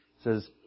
says